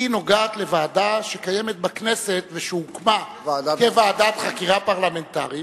היא נוגעת לוועדה שקיימת בכנסת ושהוקמה כוועדת חקירה פרלמנטרית,